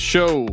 Show